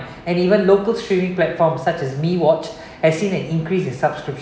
and even local streaming platforms such as meWATCH has seen an increase in subscription